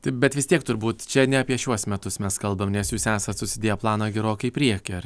taip bet vis tiek turbūt čia ne apie šiuos metus mes kalbam nes jūs esat susidėję planą gerokai į priekį ar